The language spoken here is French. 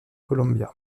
columbia